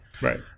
Right